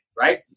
right